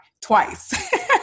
twice